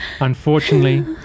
unfortunately